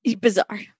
Bizarre